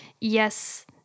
yes –